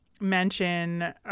mention